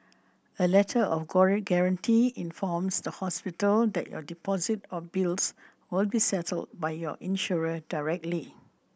a Letter of Guarantee informs the hospital that your deposit or bills will be settled by your insurer directly